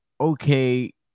okay